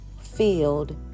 field